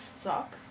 suck